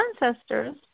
ancestors